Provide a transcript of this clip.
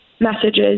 messages